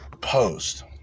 post